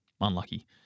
Unlucky